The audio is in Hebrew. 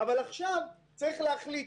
אבל עכשיו צריך להחליט.